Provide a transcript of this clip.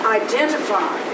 identify